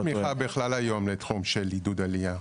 אין תמיכה בכלל היום של עידוד עלייה.